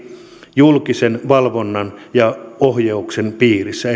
julkisen valvonnan ja ohjauksen piirissä